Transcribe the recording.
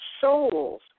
souls